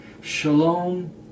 Shalom